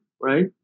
right